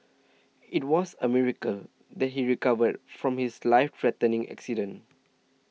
it was a miracle that he recovered from his life threatening accident